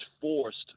forced